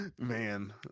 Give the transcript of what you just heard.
Man